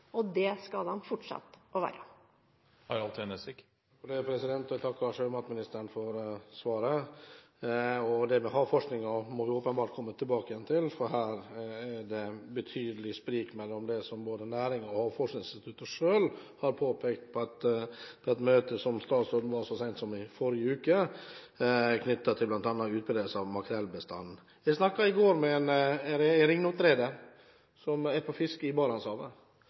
Det skal de fortsette å være. Jeg takker sjømatministeren for svaret. Det med havforskningen må vi åpenbart komme tilbake til, for her er det et betydelig sprik i forhold til det som både næringen og Havforskningsinstituttet selv har påpekt på et møte som statsråden var på så sent som i forrige uke, knyttet til bl.a. utbredelse av makrellbestanden. I går snakket jeg med en ringnotreder som er på fiske i